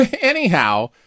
Anyhow